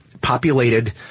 populated